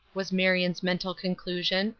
was marion's mental conclusion,